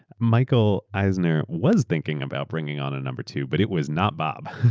michael eisner was thinking about bringing on a number two, but it was not bob.